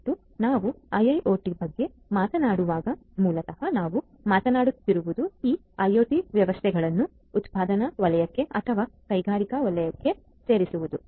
ಮತ್ತು ನಾವು IIoT ಬಗ್ಗೆ ಮಾತನಾಡುವಾಗ ಮೂಲತಃ ನಾವು ಮಾತನಾಡುತ್ತಿರುವುದು ಈ ಐಒಟಿ ವ್ಯವಸ್ಥೆಗಳನ್ನು ಉತ್ಪಾದನಾ ವಲಯಕ್ಕೆ ಅಥವಾ ಕೈಗಾರಿಕಾ ವಲಯಕ್ಕೆ ಸೇರಿಸುವುದು